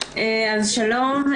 שלום.